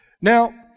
Now